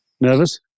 Nervous